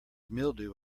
mildew